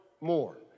more